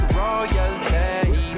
royalty